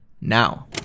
now